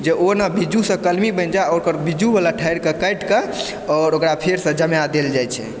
जे ओ ने बीजूसँ कलमी बनि जाए आओर ओकर बीजू वला ठारि के काइट कऽ और ओकरा फेर सँ जमाए देल जाइ छै